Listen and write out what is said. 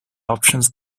options